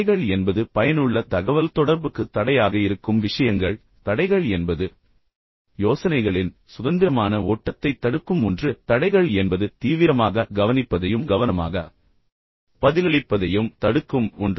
தடைகள் என்பது பயனுள்ள தகவல்தொடர்புக்கு தடையாக இருக்கும் விஷயங்கள் தடைகள் என்பது யோசனைகளின் சுதந்திரமான ஓட்டத்தைத் தடுக்கும் ஒன்று தடைகள் என்பது தீவிரமாக கவனிப்பதையும் கவனமாக பதிலளிப்பதையும் தடுக்கும் ஒன்று